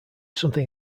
something